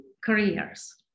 careers